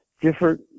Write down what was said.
different